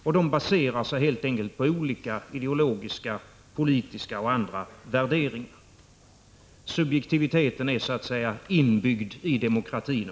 Dessa baserar sig helt enkelt på olika ideologiska, politiska och andra värderingar. Subjektiviteten är så att säga inbyggd i demokratin.